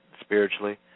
spiritually